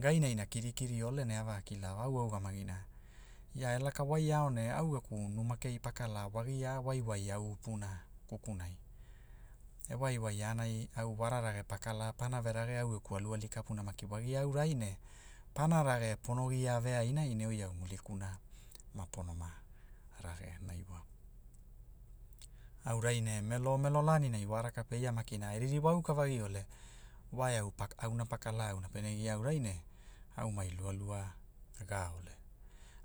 Ga inaina kirikiri ole ne a vakila o au a ugamagina ia e laka wai ao ne au gaku numa kei pa kala wagia waiwai auupuna, kukunai, a waiwai aanai, au wararage pa kala panave rage au geku aluali kapuna maki wagia aurai ne, pana rage pono gia veaina ne oi au muli kuna mapono ma, rage naiwao, aurai ne melomelo laninai wa raka pe ia maikin e ririwa aukavagi ole, wa e au pa- auna pa kala auna pene gia aurai ne, au mai lualua, gao ole,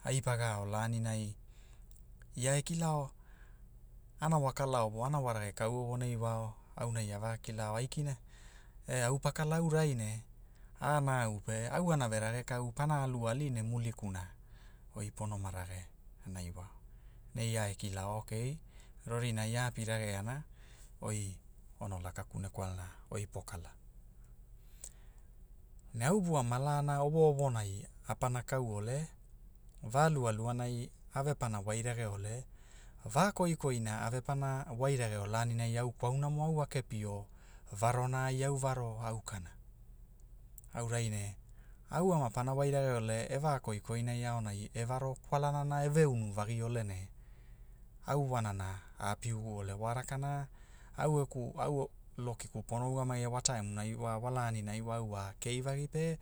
ai paga ao lanilani, ia e kilao, ana wa kala ovoa ana wa rage kau wonai wau, aonai a va kilao aikina, e au pakala aurai ne, aana au pe au ana verage kau pana alu ali ne mulikuna oi pono ma rage, naiwao, ne ia e kilao okei, rorinai a apirageana, oi ono laka kune kwalana, oi po kala, ne au vua malaani ovoovonai a pana kao ole, va luakuanai a ve pana wai rageole va koikoina ave pana wairageo laninai au kwauanamo a kepi o, varona ai au varo aukana, aurai ne, au ama pana rage ole e va koikoinai aonai e varo kwalanana eve unuvagi ole ne, au wanana a api ugu ole wa raka na, au geku, au lokiku pono ugamagi wa taemunai wa wa laninai wa au wa kei vagi pe